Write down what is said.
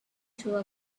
through